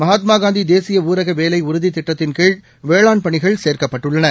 மகாத்மாகாந்திதேசியஊரகவேலைஉறுதிதிட்டத்தின்கீழ் வேளாண் பணிகள் சேர்க்கப்பட்டுள்ளன